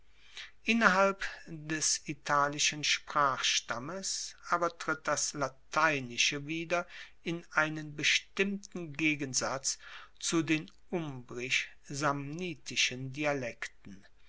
innerhalb des italischen sprachstammes aber tritt das lateinische wieder in einen bestimmten gegensatz zu den umbrisch samnitischen dialekten